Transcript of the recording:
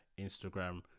instagram